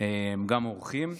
גם אורחים.